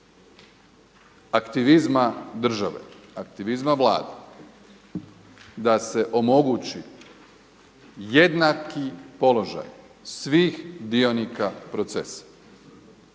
aktivizma države, aktivizma Vlade da se omogući jednaki položaj svih dionika procesa.